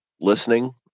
listening